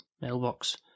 mailbox